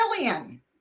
alien